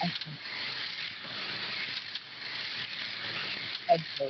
अच्छा अच्छा च्छा अच्छा